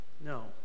No